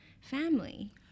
family